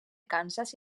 kansas